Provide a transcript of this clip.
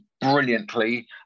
brilliantly